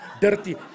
dirty